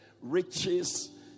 riches